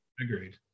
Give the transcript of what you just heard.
agreed